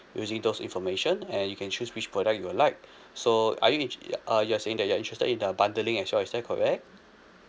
using those information and you can choose which product you would like so are you inter~ uh you are saying that you're interested in uh bundling as well is that correct